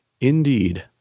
Indeed